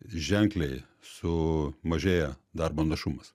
ženkliai sumažėja darbo našumas